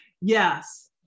Yes